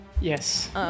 Yes